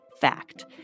fact